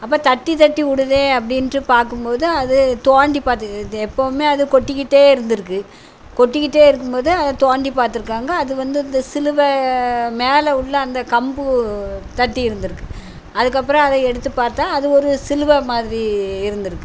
அப்போ தட்டி தட்டி விடுதே அப்படின்ட்டு பார்க்கும் போது அது தோண்டி பார்த்துக் இது எப்போதுமே அது கொட்டிக்கிட்டே இருந்திருக்கு கொட்டிக்கிட்டே இருக்கும் போது அது தோண்டி பார்த்துருக்காங்க அது வந்து இந்த சிலுவை மேலே உள்ள அந்த கம்பு தட்டியிருந்துருக்குது அதுக்கப்புறம் அதை எடுத்து பார்த்தா அது ஒரு சிலுவை மாதிரி இருந்திருக்குது